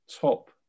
top